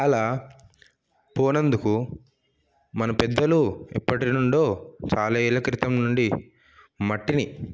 అలా పోనందుకు మన పెద్దలు ఎప్పటి నుండో చాలా ఏళ్ళ క్రితం నుండి మట్టిని